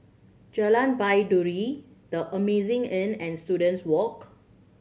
Jalan Baiduri The Amazing Inn and Students Walk